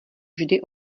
vždy